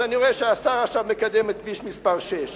אז אני רואה שהשר עכשיו מקדם את כביש מס' 6,